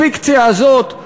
הפיקציה הזאת,